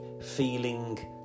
feeling